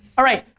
alright,